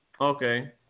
Okay